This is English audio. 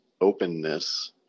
openness